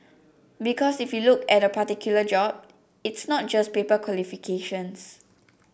because if you look at a particular job it's not just paper qualifications